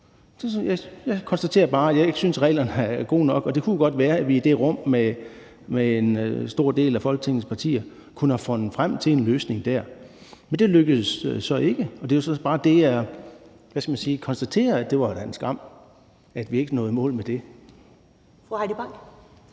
Jeg konstaterer bare, at jeg ikke synes, at reglerne er gode nok, og det kunne jo godt være, at vi i det rum med en stor del af Folketingets partier kunne have fundet frem til en løsning. Men det lykkedes så ikke, og det er bare der, jeg konstaterer, at det da var en skam, at vi ikke nåede i mål med det. Kl.